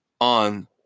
on